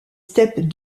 steppes